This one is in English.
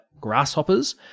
Grasshoppers